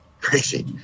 Crazy